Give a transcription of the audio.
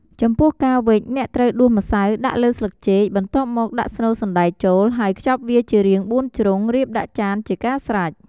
ចំពោះការវេច អ្នកត្រូវដួសម្សៅដាក់លើស្លឹកចេក បន្ទាប់មកដាក់ស្នូលសណ្តែកចូល ហើយខ្ចប់វាជារាងបួនជ្រុង រៀបដាក់ចានជាការស្រេច។